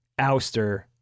ouster